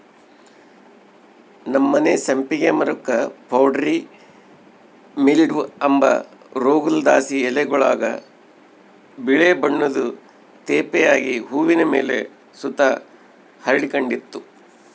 ನಮ್ಮನೆ ಸಂಪಿಗೆ ಮರುಕ್ಕ ಪೌಡರಿ ಮಿಲ್ಡ್ವ ಅಂಬ ರೋಗುದ್ಲಾಸಿ ಎಲೆಗುಳಾಗ ಬಿಳೇ ಬಣ್ಣುದ್ ತೇಪೆ ಆಗಿ ಹೂವಿನ್ ಮೇಲೆ ಸುತ ಹರಡಿಕಂಡಿತ್ತು